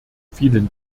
vielen